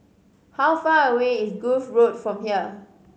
how far away is Grove Road from here